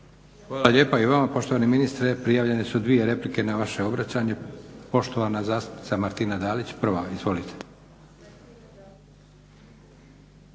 Hvala lijepa i vama poštovani ministre. Prijavljene su dvije replike na vaše obraćanje. Poštovana zastupnica Martina Dalić, prva. Izvolite.